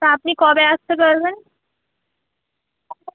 তা আপনি কবে আসতে পারবেন